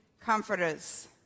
comforters